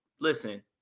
Listen